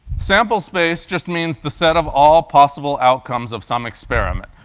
sample space just means the set of all possible outcomes of some experiment.